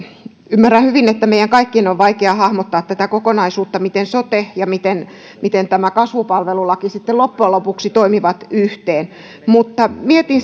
ymmärrän hyvin että meidän kaikkien on vaikea hahmottaa tätä kokonaisuutta miten sote ja tämä kasvupalvelulaki sitten loppujen lopuksi toimivat yhteen mutta mietin